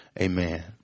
Amen